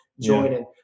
joining